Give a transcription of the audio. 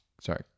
sorry